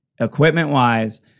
Equipment-wise